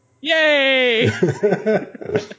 Yay